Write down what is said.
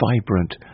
vibrant